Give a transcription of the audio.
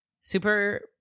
super